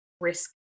risk